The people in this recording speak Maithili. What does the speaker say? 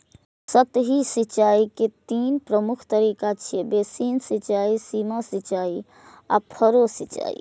सतही सिंचाइ के तीन प्रमुख तरीका छै, बेसिन सिंचाइ, सीमा सिंचाइ आ फरो सिंचाइ